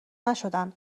نشدن